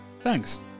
Thanks